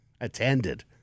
attended